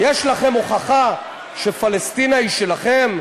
יש לכם הוכחה שפלשתינה היא שלכם?